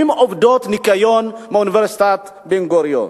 עובדות ניקיון באוניברסיטת בן-גוריון.